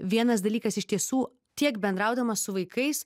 vienas dalykas iš tiesų tiek bendraudamas su vaikais